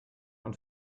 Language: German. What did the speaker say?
und